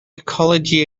ecology